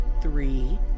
three